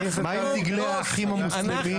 מה עם דגלי האחים המוסלמים?